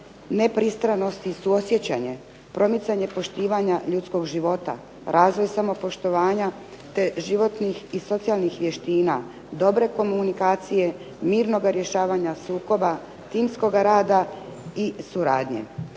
nepristranosti suosjećanje, promicanje poštivanja ljudskog života, razvoj samopoštovanja, te životnih i socijalnih vještina, dobre komunikacije, mirnog rješavanja sukoba timskoga rada i suradnje.